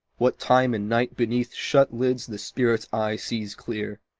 what time in night beneath shut lids the spirit's eye sees clear.